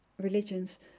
religions